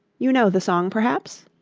you know the song, perhaps